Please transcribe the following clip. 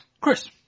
Chris